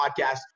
podcast